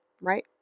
right